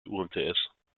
umts